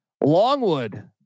Longwood